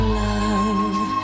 love